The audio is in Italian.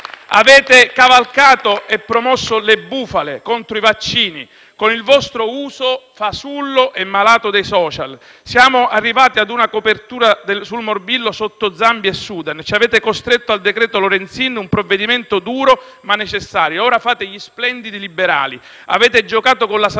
Avete cavalcato e promosso le bufale contro i vaccini, con il vostro uso fasullo e malato dei *social*. Siamo arrivati ad una copertura sul morbillo sotto Zambia e Sudan, ci avete costretti al decreto Lorenzin, un provvedimento duro ma necessario, e ora fate gli splendidi liberali. Avete giocato con la salute